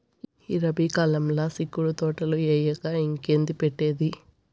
ఈ రబీ కాలంల సిక్కుడు తోటలేయక ఇంకేంది పెట్టేది